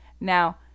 Now